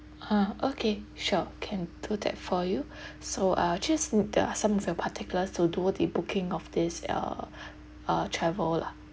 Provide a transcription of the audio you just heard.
ah okay sure can do that for you so I'll just need uh some of your particulars to do the booking of this uh uh travel lah